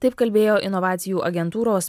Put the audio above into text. taip kalbėjo inovacijų agentūros